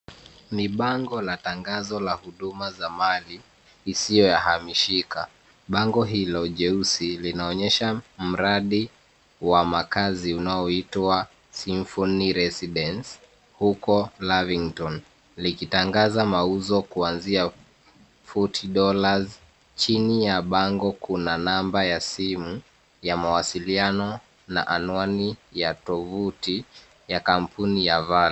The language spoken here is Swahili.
Ni bango la tangazo la huduma za mali isiyo ya hamishika. Bango hilo jeusi linaonyesha mradi wa makazi unaoitwa symphony residence huko Lavington likitangaza mauzo kuanzia forty dollars . Chini ya bango kuna namba ya simu ya mawasiliano na anwani ya tovuti ya kampuni ya Vaal .